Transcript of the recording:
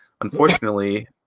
unfortunately